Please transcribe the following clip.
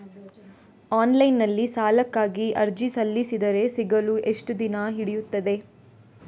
Online ನಲ್ಲಿ ಸಾಲಕ್ಕಾಗಿ ಅರ್ಜಿ ಸಲ್ಲಿಸಿದರೆ ಸಿಗಲು ಎಷ್ಟು ದಿನ ಹಿಡಿಯುತ್ತದೆ?